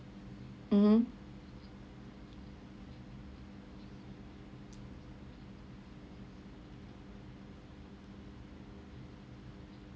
mmhmm